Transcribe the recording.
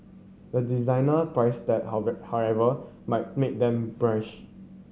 the designer price tag however might make them blanch